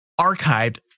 archived